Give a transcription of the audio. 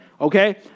okay